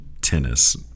tennis